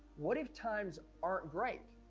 what if times aren't great,